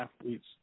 athletes